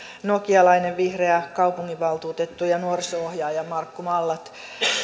nokialainen vihreä kaupunginvaltuutettu ja nuoriso ohjaaja markku mallat